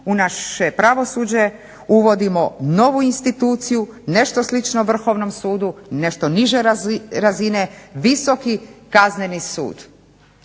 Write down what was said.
u naše pravosuđe uvodimo novu instituciju nešto slično Vrhovnom sudu nešto niže razine, visoki kazneni sud.